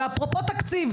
אפרופו תקציב.